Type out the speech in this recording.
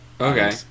Okay